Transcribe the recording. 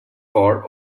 for